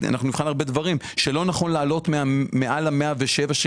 לעלות מעל ה-107,000 ₪,